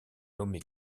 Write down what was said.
nommé